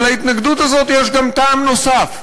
אבל להתנגדות הזאת יש גם טעם נוסף.